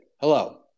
Hello